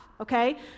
okay